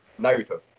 naruto